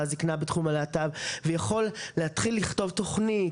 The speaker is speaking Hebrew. "זקנה בתחום הלהט"ב" ויכול להתחיל לכתוב תוכנית,